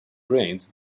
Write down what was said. brains